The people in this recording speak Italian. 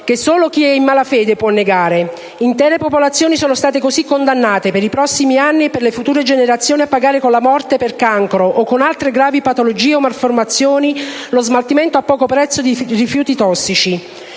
che solo chi è in malafede può negare. Intere popolazioni sono state così condannate, per i prossimi anni e per le future generazioni, a pagare, con la morte per cancro o con altre gravi patologie e malformazioni, lo smaltimento a "poco prezzo" di rifiuti tossici.